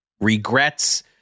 regrets